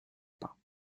pas